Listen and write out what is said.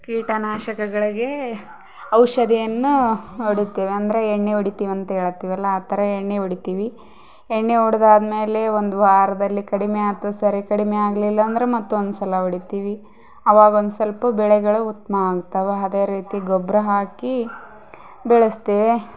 ಕೀಟ ನಾಶಕಗಳಿಗೆ ಔಷಧಿಯನ್ನು ಹೊಡಿತೇವೆ ಅಂದರೆ ಎಣ್ಣೆ ಹೊಡಿತೀವಿ ಅಂತ ಹೇಳತ್ತೀವಲ್ಲ ಆ ಥರ ಎಣ್ಣೆ ಹೊಡಿತೀವಿ ಎಣ್ಣೆ ಹೊಡ್ದಾದ್ಮೇಲೆ ಒಂದು ವಾರದ್ಲಲಿ ಕಡಿಮೆ ಆತು ಸರಿ ಕಡಿಮೆ ಆಗ್ಲಿಲ್ಲಂದರೆ ಮತ್ತೊಂದು ಸಲ ಹೊಡಿತೀವಿ ಅವಾಗ ಒಂದು ಸ್ವಲ್ಪ ಬೆಳೆಗಳು ಉತ್ತಮ ಆಗ್ತವ ಅದೇ ರೀತಿ ಗೊಬ್ಬರ ಹಾಕಿ ಬೆಳೆಸ್ತೇವೆ